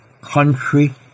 country